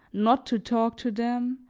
not to talk to them,